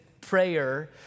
prayer